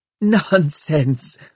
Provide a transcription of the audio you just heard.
Nonsense